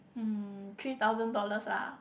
three thousand dollars lah